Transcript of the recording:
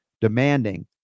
demanding